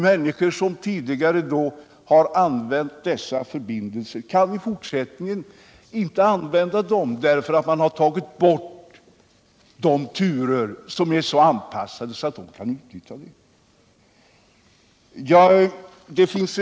Människor som tidigare har använt dessa förbindelser kan i fortsättningen inte utnyttja dem därför att man tagit bort de turer som är anpassade till arbetstiderna.